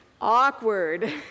Awkward